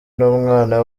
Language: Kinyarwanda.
n’umwana